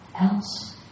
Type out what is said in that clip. else